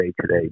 Today